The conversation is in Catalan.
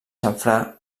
xamfrà